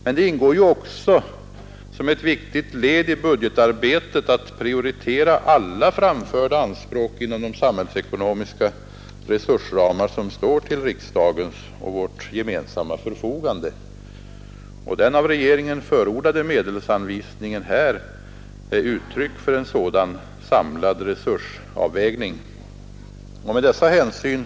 Men det ingår ju också som ett viktigt led i budgetarbetet att prioritera alla framförda anspråk inom de samhällsekonomiska resursramar som står till riksdagens och vårt gemensamma förfogande. Den av regeringen förordade medelsanvisningen är ett uttryck för en sådan samlad resursavvägning.